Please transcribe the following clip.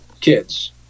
kids